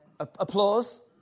Applause